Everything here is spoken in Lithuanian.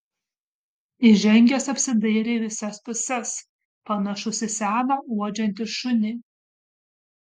įžengęs apsidairė į visas puses panašus į seną uodžiantį šunį